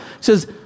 says